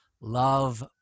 Love